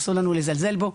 אסור לנו לזלזל בו.